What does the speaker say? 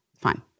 Fine